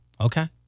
okay